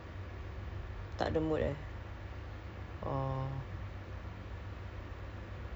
you cannot monitor what they do or what you have to trust them you know their what~ whatever they submit as work